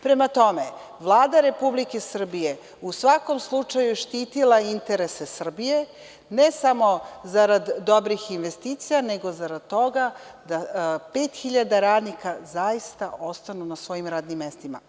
Prema tome, Vlada Republike Srbije je u svakom slučaju štitila interese Srbije, ne samo zarad dobrih investicija, nego zarad toga da pet hiljada radnika zaista ostanu na svojim radnim mestima.